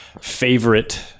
favorite